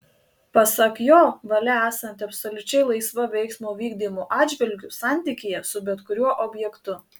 pasak jo valia esanti absoliučiai laisva veiksmo vykdymo atžvilgiu santykyje su bet kuriuo objektu